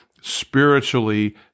Spiritually